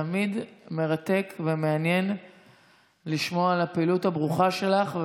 תמיד מרתק ומעניין לשמוע על הפעילות הברוכה שלך,